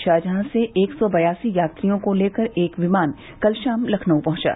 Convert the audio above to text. Sharjah से एक सौ बयासी यात्रियों को लेकर एक विमान कल शाम लखनऊ पहुंचा